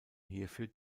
hierfür